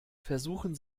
versuchen